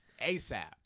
ASAP